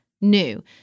new